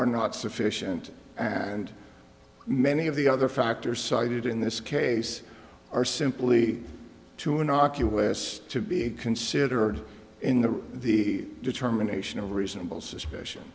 are not sufficient and many of the other factors cited in this case are simply too knock us to be considered in the the determination of reasonable suspicion